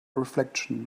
reflection